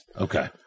Okay